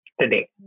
today